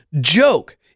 joke